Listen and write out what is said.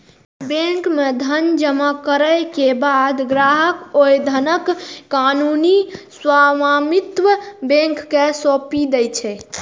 bank मे धन जमा करै के बाद ग्राहक ओइ धनक कानूनी स्वामित्व बैंक कें सौंपि दै छै